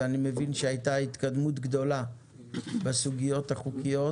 ואני מבין שהייתה התקדמות גדולה בסוגיות החוקיות